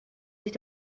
sich